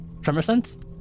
tremorsense